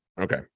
okay